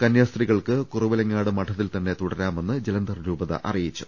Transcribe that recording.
കന്യാസ്ത്രീകൾക്ക് കുറവിലങ്ങാട് മഠത്തിൽ തന്നെ തുട രാമെന്ന് ജലന്ധർ രൂപത അറിയിച്ചു